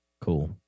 Cool